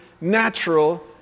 natural